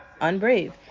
Unbrave